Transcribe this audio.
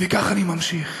וכך אני ממשיך.